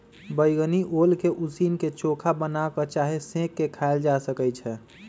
बइगनी ओल के उसीन क, चोखा बना कऽ चाहे सेंक के खायल जा सकइ छै